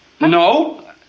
No